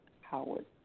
Howard